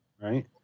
Right